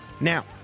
Now